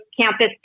campus